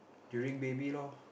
during baby loh